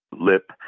lip